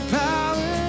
power